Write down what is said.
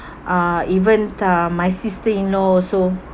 uh even uh my sister-in-law also